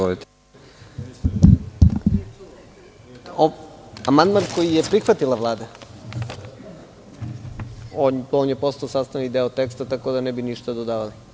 Ovaj amandman je prihvatila Vlada i on je postao sastavni deo teksta, tako da ne bi ništa dodavali.